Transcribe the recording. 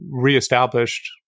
reestablished